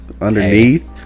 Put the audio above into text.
underneath